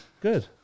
good